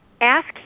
ask